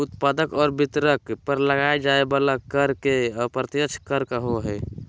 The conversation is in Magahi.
उत्पादक आर वितरक पर लगाल जाय वला कर के अप्रत्यक्ष कर कहो हइ